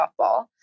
softball